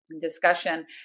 discussion